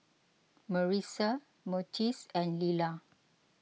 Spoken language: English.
Marissa Myrtice and Leila